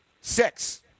Six